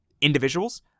individuals